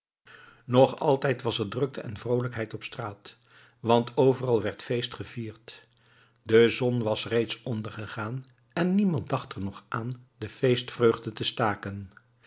nog altijd was er drukte en vroolijkheid op straat want overal werd feest gevierd de zon was reeds ondergegaan en niemand dacht er nog aan de feestvreugde te staken